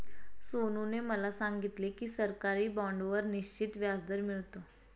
सोनूने मला सांगितले की सरकारी बाँडवर निश्चित व्याजदर मिळतो